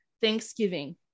Thanksgiving